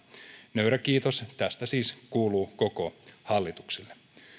nöyrä kiitos tästä kuuluu siis koko hallitukselle